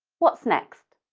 what's next?